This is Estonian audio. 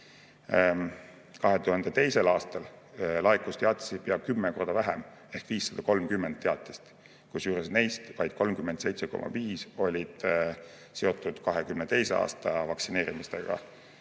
2022. aastal laekus teatisi pea kümme korda vähem ehk 530 teatist, kusjuures neist vaid 37,5[%] olid seotud 2022. aasta vaktsineerimistega.